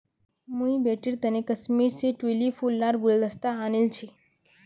मुई बेटीर तने कश्मीर स ट्यूलि फूल लार गुलदस्ता आनील छि